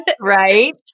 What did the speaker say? right